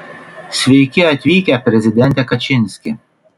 sveiki atvykę prezidente kačinski